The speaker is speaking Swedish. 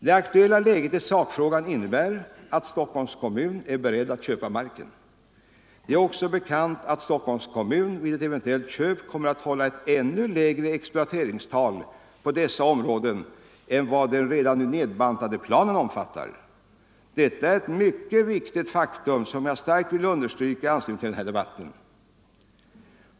Det aktuella läget i sakfrågan innebär att Stockholms kommun är beredd att köpa marken. Det är också bekant att Stockholms kommun vid ett eventuellt köp kommer att hålla ett ännu lägre exploateringstal på dessa områden än vad den redan nu nedbantade planen omfattar. Detta är ett mycket viktigt faktum, som jag starkt vill understryka i anslutning till den här debatten.